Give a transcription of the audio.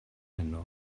heno